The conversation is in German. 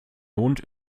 lohnt